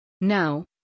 Now